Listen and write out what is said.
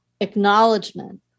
acknowledgement